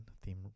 theme